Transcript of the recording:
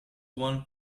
one